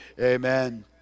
Amen